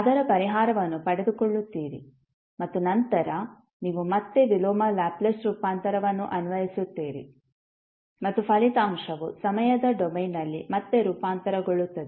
ಅದರ ಪರಿಹಾರವನ್ನು ಪಡೆದುಕೊಳ್ಳುತ್ತೀರಿ ಮತ್ತು ನಂತರ ನೀವು ಮತ್ತೆ ವಿಲೋಮ ಲ್ಯಾಪ್ಲೇಸ್ ರೂಪಾಂತರವನ್ನು ಅನ್ವಯಿಸುತ್ತೀರಿ ಮತ್ತು ಫಲಿತಾಂಶವು ಸಮಯದ ಡೊಮೇನ್ನಲ್ಲಿ ಮತ್ತೆ ರೂಪಾಂತರಗೊಳ್ಳುತ್ತದೆ